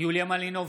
יוליה מלינובסקי,